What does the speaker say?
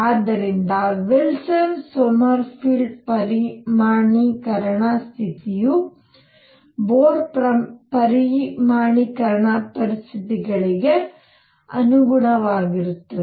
ಆದ್ದರಿಂದ Wilson Sommerfeld ಪರಿಮಾಣೀಕರಣ ಸ್ಥಿತಿಯು ಬೊರ್ ಪ್ರಮಾಣೀಕರಣ ಪರಿಸ್ಥಿತಿಗಳಿಗೆ ಅನುಗುಣವಾಗಿರುತ್ತದೆ